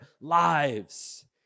lives